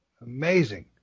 Amazing